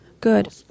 good